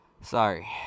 Sorry